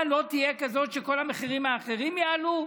לא תהיה כזאת שכל המחירים האחרים יעלו?